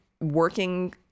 working